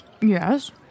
Yes